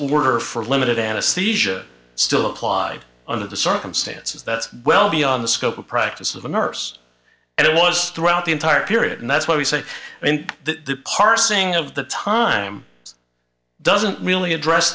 were for limited anesthesia still apply under the circumstances that's well beyond the scope of practice of a nurse and it was throughout the entire period and that's what we say in the parsing of the time doesn't really address